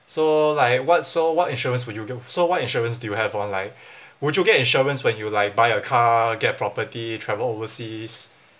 so like what so what insurance would get so what insurance do you have or like would you get insurance when you like buy a car get property travel overseas